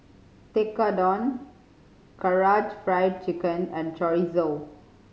Tekkadon Karaage Fried Chicken and Chorizo